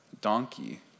donkey